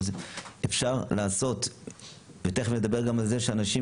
אפשר לעשות ותיכף נדבר גם על זה שאנשים